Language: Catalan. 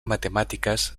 matemàtiques